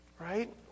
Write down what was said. right